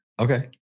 Okay